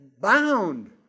bound